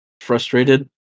frustrated